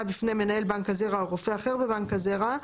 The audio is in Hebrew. בפני מנהל בנק הזרע או רופא אחר בבנק הזרע.